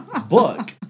book